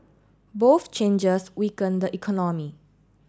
both changes weaken the economy